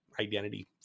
identity